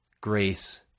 Grace